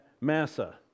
Massa